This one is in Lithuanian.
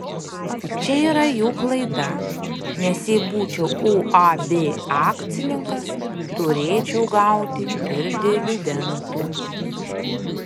čia yra jų klaida nes jei būčiau uab akcininkas turėčiau gauti ir dividendų